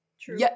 true